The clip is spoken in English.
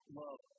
love